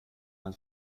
man